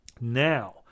now